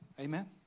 amen